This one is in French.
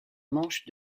manche